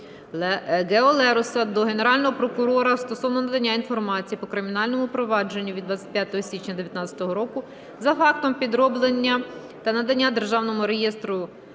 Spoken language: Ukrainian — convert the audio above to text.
Гео Лероса до Генерального прокурора стосовно надання інформації по кримінальному провадженню від 25 січня 19-го року за фактом підроблення та надання державному реєстратору